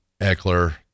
Eckler